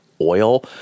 oil